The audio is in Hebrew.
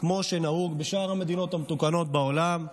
כמו שנהוג בשאר המדינות המתוקנות בעולם.